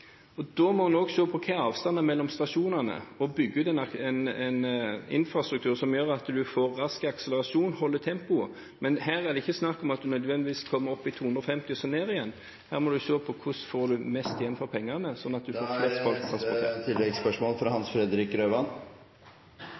Da må en også se på avstanden mellom stasjonene og bygge ut en infrastruktur som gjør at en får rask akselerasjon og holder tempoet. Men her er det ikke snakk om at en nødvendigvis kommer opp i 250 km/t og så ned igjen – her må en se på hvordan en får mest igjen for pengene, slik at en … Hans Fredrik Grøvan